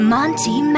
Monty